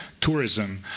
tourism